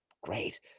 great